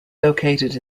located